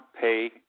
pay